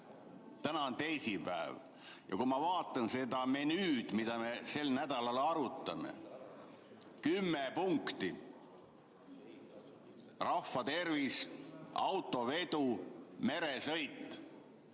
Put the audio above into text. Täna on teisipäev ja ma vaatan seda menüüd, mida me sel nädalal arutame. Siin on kümme punkti – rahvatervis, autovedu, meresõit